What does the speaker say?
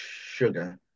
sugar